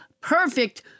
perfect